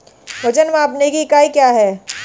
वजन मापने की इकाई क्या है?